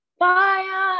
fire